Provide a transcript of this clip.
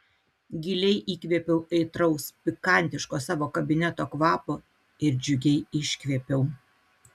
giliai įkvėpiau aitraus pikantiško savo kabineto kvapo ir džiugiai iškvėpiau